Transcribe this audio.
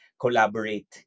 collaborate